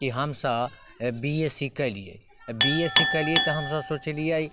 की हमसब B S C कयलियै B S C कयलियै तऽ हमसब सोचलियै